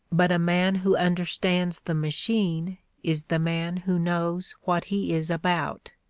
but a man who understands the machine is the man who knows what he is about.